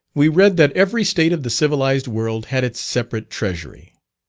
we read that every state of the civilized world had its separate treasury,